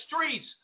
streets